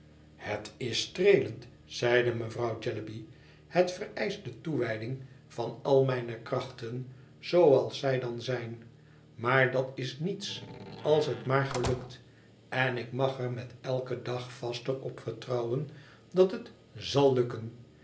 het is streelend zeide mevrouw jellyby het vereischt de toewijding van al mijne krachten zooals zij dan zijn maar dat is niets als het maar gelukt en ik mag er met eiken dag vaster op vertrouwen dat hét zal gelukken